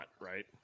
right